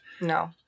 No